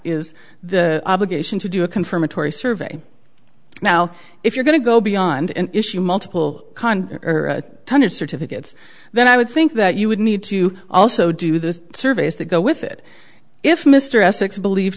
is the obligation to do a confirmatory survey now if you're going to go beyond and issue multiple con tonnage certificates then i would think that you would need to also do the surveys that go with it if mr essex believed